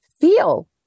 feel